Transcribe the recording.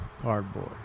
cardboard